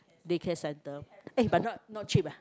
day care centre eh but not not cheap ah